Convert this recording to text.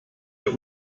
der